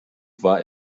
war